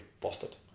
busted